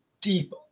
deep